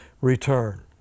return